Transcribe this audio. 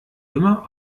immer